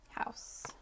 House